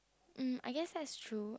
mm I guess that's true